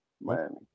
Miami